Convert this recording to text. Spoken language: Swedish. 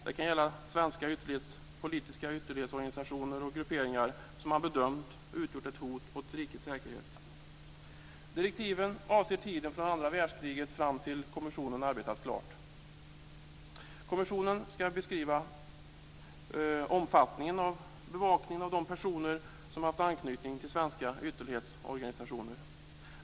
Det kan gälla svenska politiska ytterlighetsorganisationer och grupperingar som man har bedömt utgjort ett hot mot rikets säkerhet. Direktiven avser tiden från andra världskriget fram till dess kommissionen har arbetat klart. Kommissionen ska beskriva omfattningen av bevakningen av de personer som har haft anknytning till svenska ytterlighetsorganisationer.